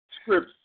scripts